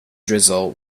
drizzle